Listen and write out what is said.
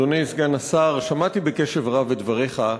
אדוני סגן השר, שמעתי בקשב רב את דבריך,